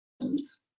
items